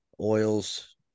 oils